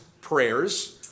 prayers